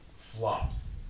flops